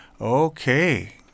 Okay